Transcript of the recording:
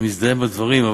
מזדהה עם הדברים.